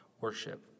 worship